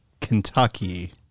Kentucky